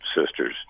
sisters